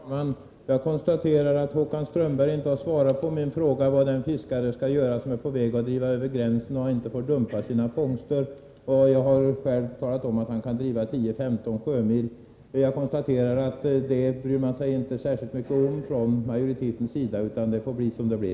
Herr talman! Jag konstaterar att Håkan Strömberg inte har svarat på min fråga vad en fiskare skall göra, som är på väg att driva över gränsen men inte får dumpa sina fångster. Jag har själv talat om att en fiskare kan driva 10-15 sjömil. Detta bryr sig majoriteten tydligen inte särskilt mycket om. Det får bli som det blir.